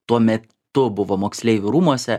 tuo metu buvo moksleivių rūmuose